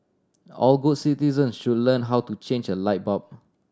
all good citizen should learn how to change a light bulb